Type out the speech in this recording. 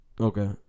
Okay